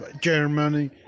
Germany